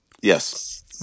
Yes